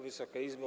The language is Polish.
Wysoka Izbo!